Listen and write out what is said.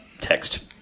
text